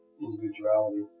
individuality